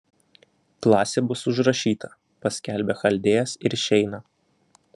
klasė bus užrašyta paskelbia chaldėjas ir išeina